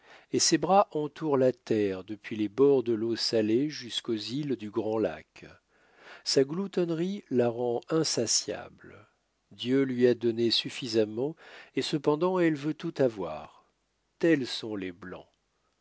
et ses bras entourent la terre depuis les bords de l'eau salée jusquaux îles du grand lac sa gloutonnerie la rend insatiable dieu lui a donné suffisamment et cependant elle veut tout avoir tels sont les blancs